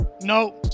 no